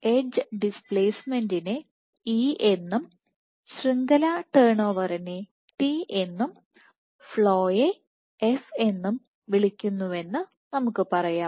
edge ഡിസ്പ്ലേസ്മെന്റിനെ E എന്നും ശൃംഖല ടേൺ ഓവറിനെ T എന്നും ഫ്ലോയെ F എന്നും വിളിക്കുന്നുവെന്ന് നമുക്ക് പറയാം